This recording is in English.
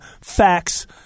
facts